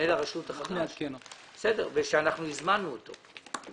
למנהל הרשות החדש, שהזמנו אותו.